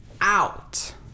out